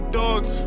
dogs